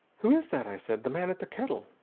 who is that? i said. the man at the kettle?